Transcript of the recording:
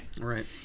Right